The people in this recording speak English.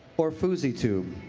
or foozie-tube.